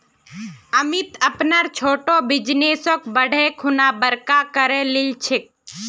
अमित अपनार छोटो बिजनेसक बढ़ैं खुना बड़का करे लिलछेक